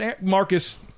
Marcus